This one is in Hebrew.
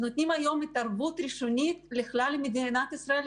שנותנות התערבות ראשונית לכלל מדינת ישראל,